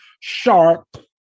sharp